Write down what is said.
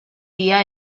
día